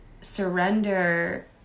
surrender